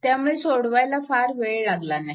त्यामुळे सोडवायला फार वेळ लागला नाही